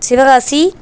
Sivakasi